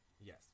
Yes